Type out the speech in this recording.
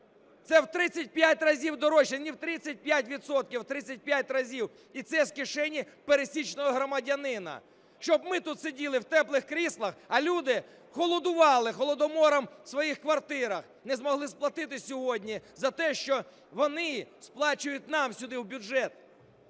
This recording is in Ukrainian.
Це в 35 разів дорожче, не в 35 відсотків, а в 35 разів, і це з кишені пересічного громадянина, щоб ми тут сиділи в теплих кріслах, а люди холодували холодомором у своїх квартирах, не змогли сплатити сьогодні за те, що вони сплачують нам сюди в бюджет.